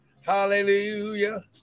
Hallelujah